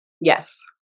Yes